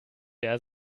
der